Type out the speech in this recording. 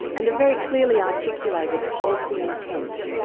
and a very clearly articulated policy intent,